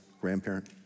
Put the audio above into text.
grandparent